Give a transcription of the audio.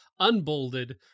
unbolded